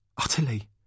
Utterly